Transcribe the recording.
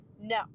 No